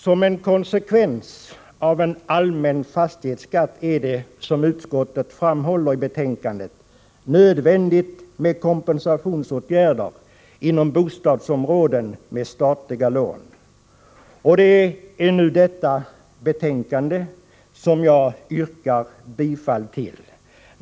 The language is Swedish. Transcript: Som en konsekvens av en allmän fastighetsskatt är det, som utskottet framhåller i betänkandet, nödvändigt med kompensationsåtgärder inom bostadsområden med statliga lån. Det är hemställan i detta betänkande jag nu yrkar bifall till.